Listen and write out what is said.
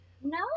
No